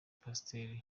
pasiteri